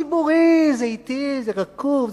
כי ציבורי זה אטי, זה רקוב.